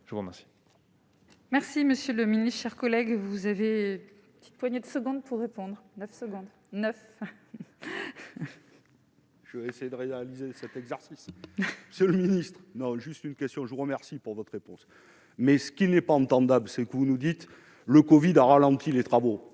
je vous remercie. Merci, monsieur le Ministre, chers collègues, vous avez. Une poignée de secondes pour répondre à 9 secondes 9. Je vais essayer de réaliser cet exercice seul ministre non, juste une question, je vous remercie pour votre réponse, mais ce qui n'est pas entendable c'est que vous nous dites, le Covid a ralenti les travaux